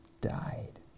died